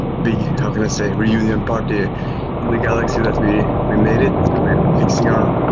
big, how can i say, reunion party in the galaxy that we we made it, and we're fixing our,